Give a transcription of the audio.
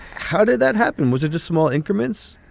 how did that happen? was it just small increments?